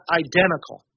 identical